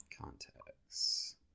Contacts